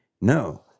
No